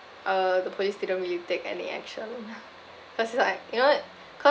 uh the police they don't really take any action cause it's like you know cause